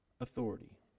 authority